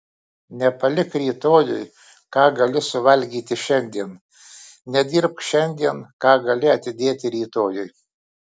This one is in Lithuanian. nepalik rytojui ką gali suvalgyti šiandien nedirbk šiandien ką gali atidėti rytojui